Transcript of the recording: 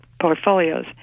portfolios